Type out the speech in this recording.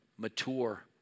mature